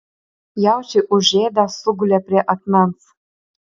jaučiai užėdę sugulė prie akmens